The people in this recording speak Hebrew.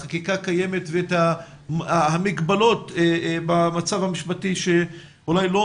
החקיקה קיימת ואת המגבלות במצב המשפטי שאולי לא